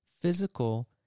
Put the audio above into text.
physical